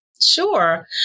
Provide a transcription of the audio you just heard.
Sure